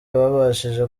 babashije